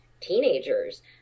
teenagers